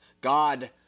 God